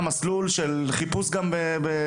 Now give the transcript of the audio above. מתחילה עכשיו מסלול חיפוש גם בחו"ל.